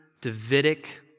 Davidic